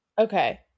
okay